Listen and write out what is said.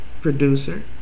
producer